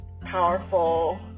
powerful